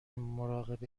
مراقب